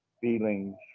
feelings